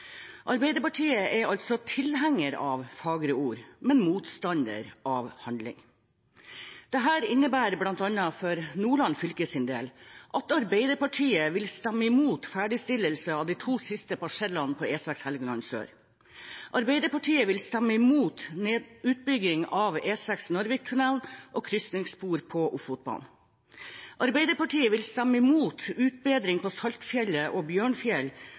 Arbeiderpartiet er altså tilhenger av fagre ord, men motstander av handling. Dette innebærer bl.a. for Nordland fylkes del at Arbeiderpartiet vil stemme imot ferdigstillelse av de to siste parsellene av E6 Helgeland sør. Arbeiderpartiet vil stemme imot utbygging av E6 Narviktunnelen og kryssingsspor på Ofotbanen. Arbeiderpartiet vil stemme imot utbedringer for å sikre bedre forhold vinterstid på Saltfjellet og Bjørnfjell.